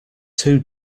too